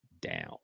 down